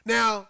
Now